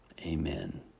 Amen